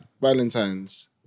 Valentine's